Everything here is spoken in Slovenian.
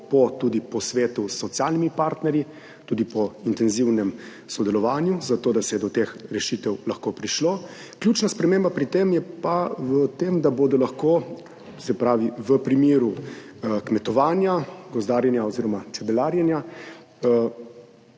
tudi po posvetu s socialnimi partnerji, tudi po intenzivnem sodelovanju, da je do teh rešitev lahko prišlo. Ključna sprememba pri tem je pa v tem, da bodo lahko v primeru kmetovanja, gozdarjenja oziroma čebelarjenja